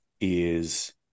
is-